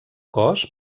cos